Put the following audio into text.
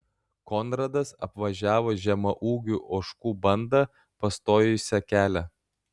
konradas apvažiavo žemaūgių ožkų bandą pastojusią kelią